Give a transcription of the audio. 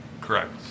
Correct